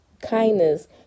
kindness